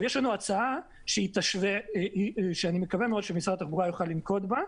יש לנו הצעה שאני מקווה מאוד שמשרד התחבורה יוכל לנקוט בה,